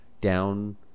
down